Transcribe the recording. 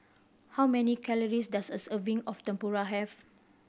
how many calories does a serving of Tempura have